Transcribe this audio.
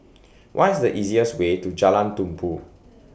What IS The easiest Way to Jalan Tumpu